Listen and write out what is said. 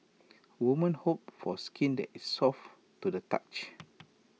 women hope for skin that is soft to the touch